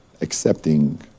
accepting